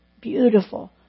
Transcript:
beautiful